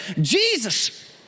Jesus